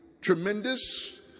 tremendous